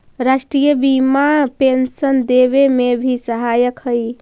राष्ट्रीय बीमा पेंशन देवे में भी सहायक हई